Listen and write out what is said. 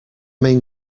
main